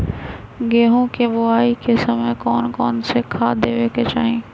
गेंहू के बोआई के समय कौन कौन से खाद देवे के चाही?